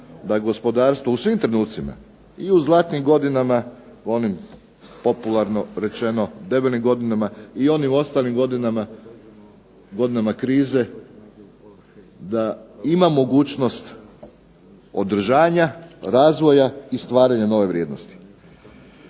da gospodarstvo u svim trenutcima i u zlatnim godinama, u onim popularno rečeno debelim godinama, i onim ostalim godinama, godinama krize da ima mogućnost održanja, razvoja i stvaranja nove vrijednosti.